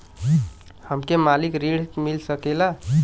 हमके मासिक ऋण मिल सकेला?